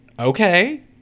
Okay